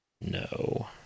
No